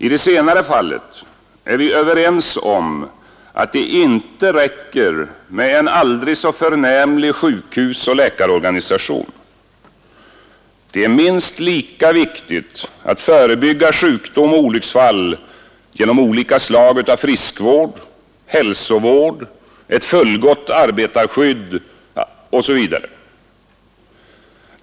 I det senare fallet är vi överens om att det inte räcker med en aldrig så förnämlig sjukhusoch läkarorganisation. Det är minst lika viktigt att förebygga sjukdom och olycksfall genom olika slag av friskvård, hälsovård, ett fullgott arbetarskydd osv.